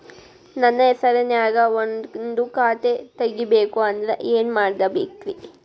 ನನ್ನ ಹೆಸರನ್ಯಾಗ ಒಂದು ಖಾತೆ ತೆಗಿಬೇಕ ಅಂದ್ರ ಏನ್ ಮಾಡಬೇಕ್ರಿ?